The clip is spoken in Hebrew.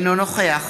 אינו נוכח